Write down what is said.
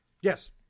Yes